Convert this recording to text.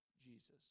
Jesus